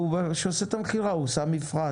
כשהוא עושה את המכירה הוא עושה מפרט.